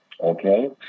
okay